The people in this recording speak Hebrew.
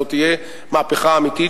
זו תהיה מהפכה אמיתית,